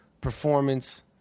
performance